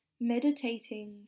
meditating